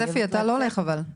ספי, אתה לא הולך אבל.